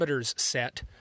set